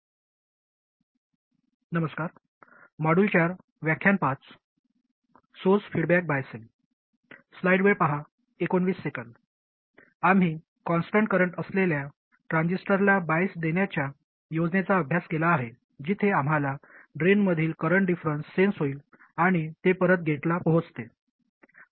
आम्ही constant current असलेल्या ट्रान्झिस्टरला बाईस देण्याच्या योजनेचा अभ्यास केला आहे जिथे आम्हाला ड्रेनमधील करंट डिफरंन्स सेन्स होईल आणि ते परत गेटला पोहोचते